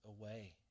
away